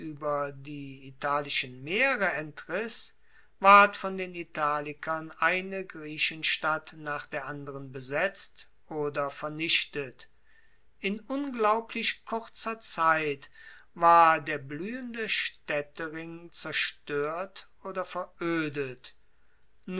ueber die italischen meere entriss ward von den italikern eine griechenstadt nach der andern besetzt oder vernichtet in unglaublich kurzer zeit war der bluehende staedtering zerstoert oder veroedet